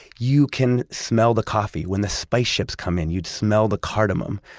you can smell the coffee. when the spice ships come in, you'd smell the cardamom.